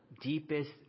deepest